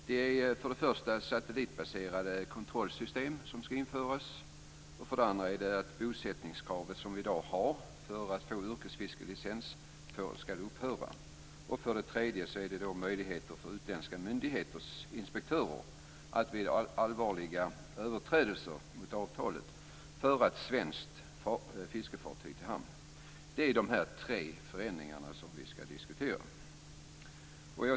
Det är för det första att satellitbaserade kontrollsystem skall införas, för det andra att det bosättningskrav som vi i dag har för att få yrkesfiskelicens skall upphöra och för det tredje att utländska myndigheters inspektörer får möjlighet att vid allvarliga överträdelser mot avtalet föra ett svenskt fiskefartyg till hamn. Det är de tre förändringar som vi skall diskutera.